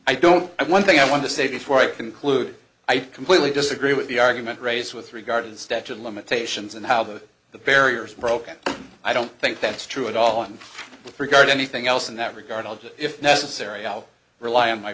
i don't i one thing i want to say before i conclude i completely disagree with the argument raised with regard to the statute of limitations and how the the barriers broken i don't think that's true at all and regard anything else in that regard although if necessary i'll rely on my